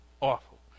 awful